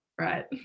right